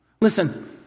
Listen